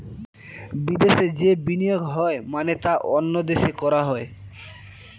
বিদেশে যে বিনিয়োগ হয় মানে তা অন্য দেশে করা হয়